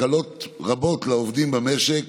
הקלות רבות לעובדים במשק